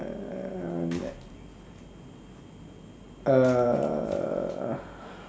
uh